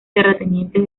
terratenientes